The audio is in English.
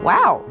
Wow